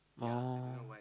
oh